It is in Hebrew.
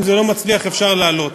אם זה לא מצליח אפשר להעלות,